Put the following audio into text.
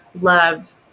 love